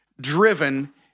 driven